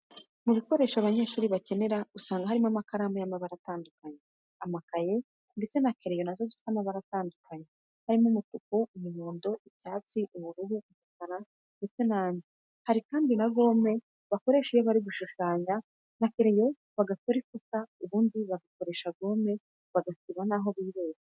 Mu bikoresho abanyeshuri bakenera usanga harimo amakaramu y'amabara atandukanye, amakaye, ndetse na kereyo nazo zifite amabara atandukanye, harimo umutuku, umuhondo, icyatsi, ubururu, umukara, ndetse nandi, hari kandi gome bakoresha iyo bari gushushanya na kereyo bagakora ikosa ubundi bagakoresha gome bagasiba aho bibeshye.